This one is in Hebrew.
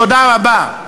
תודה רבה.